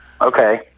Okay